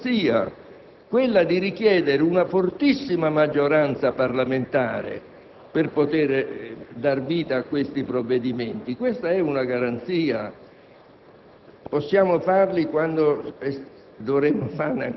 Ad un certo momento, però, abbiamo introdotto una garanzia, quella di richiedere una fortissima maggioranza parlamentare per poter dar vita a questo tipo di provvedimenti: questa - ripeto - è una garanzia.